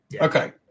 Okay